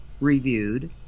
reviewed